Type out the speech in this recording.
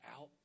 out